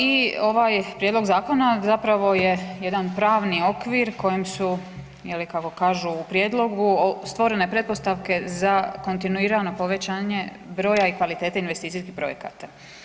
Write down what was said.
I ovaj prijedlog zakona zapravo je jedan pravni okvir kojem su ili kako kažu u prijedlogu stvorene pretpostavke za kontinuirano povećanje broja i kvalitete investicijskih projekata.